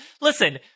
listen